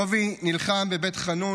קובי נלחם בבית חאנון,